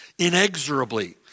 inexorably